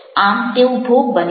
આમ તેઓ ભોગ બને છે